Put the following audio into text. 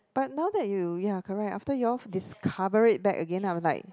but now that you ya correct after you all discover it back again I was like